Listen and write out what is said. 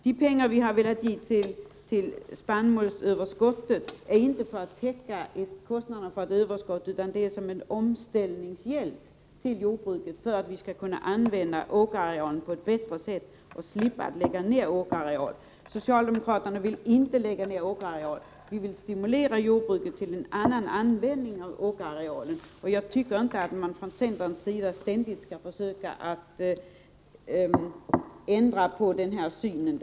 De pengar som vi anslagit till spannmålsöverskottet är inte avsedda att täcka kostnaderna för överskottet, utan de skall vara en hjälp vid jordbrukets omställning för att vi skall kunna använda åkerarealen på ett bättre sätt och slippa lägga ned åkermark. Socialdemokraterna vill inte lägga ned åkerareal, utan vi vill stimulera jordbruket till en annan användning av marken. Jag tycker inte att man från centerns sida ständigt skall försöka ge sken av att vår syn är en annan.